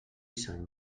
sant